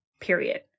period